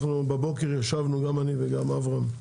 אנחנו בבוקר ישבנו, גם אני וגם אברהם,